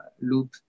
loop